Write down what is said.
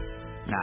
Now